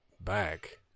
back